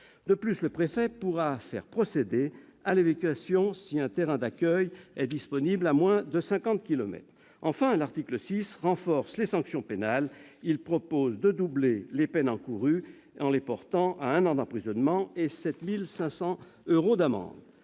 De plus, le préfet pourrait faire procéder à l'évacuation si un terrain d'accueil est disponible à moins de cinquante kilomètres. L'article 6 renforce les sanctions pénales. Il tend à doubler les peines encourues, en les portant à un an d'emprisonnement et à 7 500 euros d'amende.